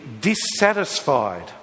dissatisfied